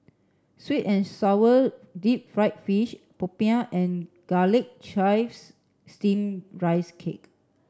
sweet and sour deep fried fish Popiah and Garlic Chives Steamed Rice Cake